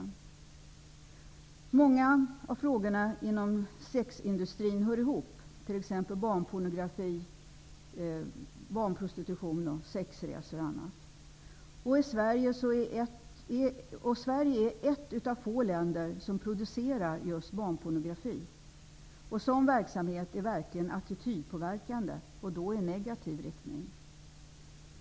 Många av frågorna inom sexindustrin hör ihop, t.ex. barnpornografi, barnprostitution och sexresor. Sverige är ett av få länder som producerar just barnpornografi. Sådan verksamhet är verkligen attitydpåverkande, och då i negativ riktning.